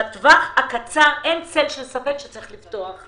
בטווח הקצר אין צל של ספק שצריך לפתוח.